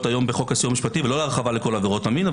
היום בחוק הסיוע המשפטי ולא להרחבה לכל עבירות המין.